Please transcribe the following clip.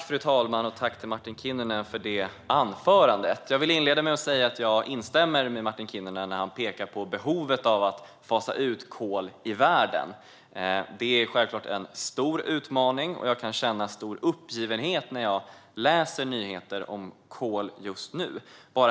Fru talman! Jag tackar Martin Kinnunen för detta anförande. Jag vill inleda med att säga att jag instämmer med honom när han pekar på behovet av att fasa ut kol i världen. Det är självklart en stor utmaning, och jag kan känna stor uppgivenhet när jag läser nyheter om kol just nu.